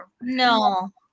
No